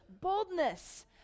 boldness